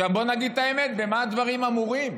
בואו נגיד את האמת, במה דברים אמורים.